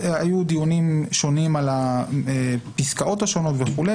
היו דיונים שונים על הפסקאות השונות וכו'.